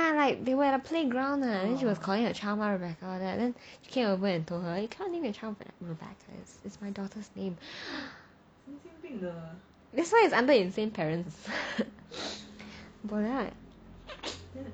they were a playground lah then she was calling her child mah rebecca that he came over and told her you cannot name your child rebecca is my daughter's name that's why it's under insane parents